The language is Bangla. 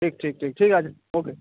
ঠিক ঠিক ঠিক ঠিক আছে ওকে